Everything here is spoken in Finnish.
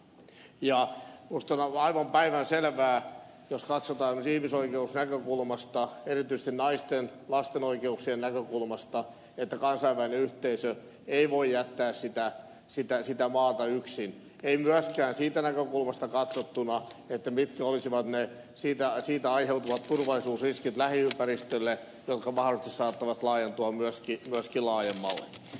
minusta on aivan päivänselvää jos katsotaan ihmisoikeusnäkökulmasta erityisesti naisten ja lasten oikeuksien näkökulmasta että kansainvälinen yhteisö ei voi jättää sitä maata yksin ei myöskään siitä näkökulmasta katsottuna mitkä olisivat ne siitä aiheutuvat turvallisuusriskit lähiympäristölle jotka mahdollisesti saattavat laajentua myöskin laajemmalle